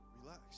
Relax